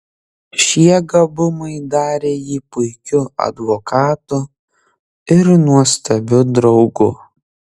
šie gabumai darė jį puikiu advokatu ir nuostabiu draugu